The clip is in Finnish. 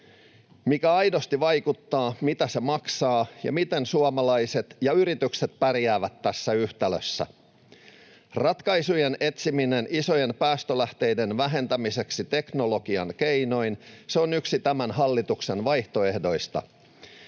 mikä aidosti vaikuttaa, mitä se maksaa, ja miten suomalaiset ja yritykset pärjäävät tässä yhtälössä? Ratkaisujen etsiminen isojen päästölähteiden vähentämiseksi teknologian keinoin on yksi tämän hallituksen vaihtoehdoista.